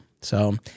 So-